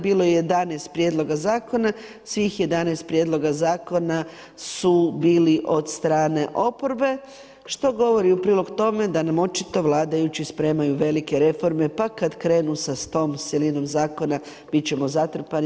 Bilo je 11 prijedloga zakona, svih 11 prijedloga zakona su bili od strane oporbe što govori u prilog tome da nam očito vladajući spremaju velike reforme, pa kad krenu sa tom silinom zakona biti ćemo zatrpani.